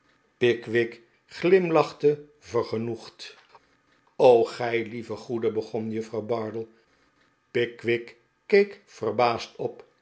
glimlachte vergenoegd gij lieve goede begon juffrouw bardell pickwick keek verbaasd op